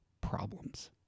problems